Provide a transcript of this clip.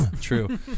True